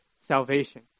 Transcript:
salvation